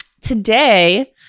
today